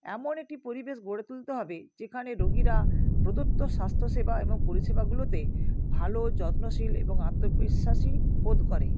এমন একটি পরিবেশ গড়ে তুলতে হবে যেখানে রোগীরা প্রদত্ত স্বাস্থ্যসেবা এবং পরিষেবাগুলোতে ভালো যত্নশীল এবং আত্মবিশ্বাসী বোধ করে